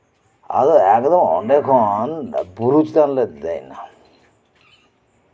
ᱟᱫᱚ ᱮᱠᱫᱚᱢ ᱚᱸᱰᱮ ᱠᱷᱚᱱ ᱵᱩᱨᱩ ᱪᱮᱛᱟᱱᱞᱮ ᱫᱮᱡ ᱱᱟ